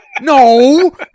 No